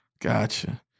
Gotcha